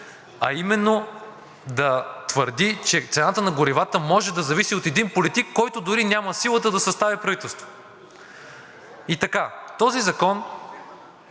а именно да твърди, че цената на горивата може да зависи от един политик, който дори няма силата да състави правителство. Този закон